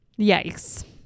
Yikes